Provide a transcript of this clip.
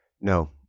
No